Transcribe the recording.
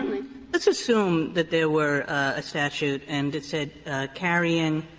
let's assume that there were a statute and it said carrying